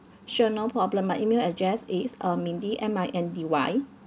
sure no problem my email address is uh mindy M I N D Y